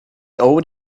owed